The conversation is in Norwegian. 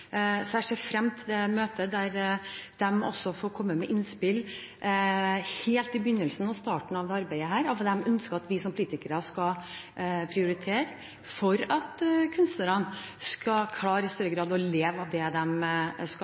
Jeg ser frem til det møtet, der de også får komme med innspill helt i begynnelsen, i starten, av dette arbeidet når det gjelder hva de ønsker at vi som kritikere skal prioritere for at kunstnerne i større grad skal kunne klare å leve av det